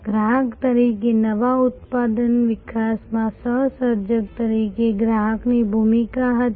ગ્રાહક તરીકે નવા ઉત્પાદન વિકાસમાં સહ સર્જક તરીકે ગ્રાહકની ભૂમિકા હતી